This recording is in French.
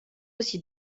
aussi